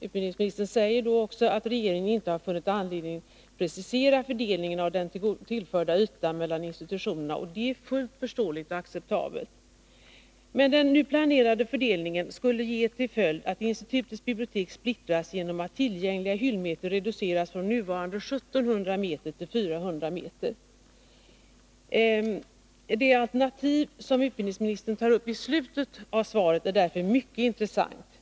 Utbildningsministern säger också att regeringen inte har funnit anledning att precisera fördelningen av den tillförda ytan mellan institutionerna, och det är fullt förståeligt och acceptabelt. Men den planerade fördelningen skulle ha till följd att institutets bibliotek splittras genom att tillgängliga hyllmeter reduceras från nuvarande 1700 m till 400 m. Det alternativ som utbildningsministern tar uppi slutet av svaret är därför mycket intressant.